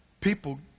People